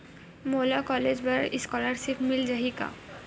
मोला कॉलेज बर स्कालर्शिप मिल जाही का?